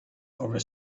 over